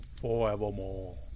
forevermore